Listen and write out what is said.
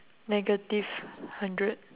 negative hundred